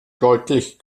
deutlich